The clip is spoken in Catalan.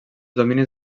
dominis